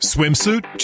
Swimsuit